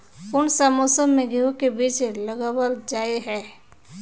कोन सा मौसम में गेंहू के बीज लगावल जाय है